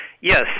Yes